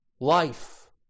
life